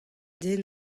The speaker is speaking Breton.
den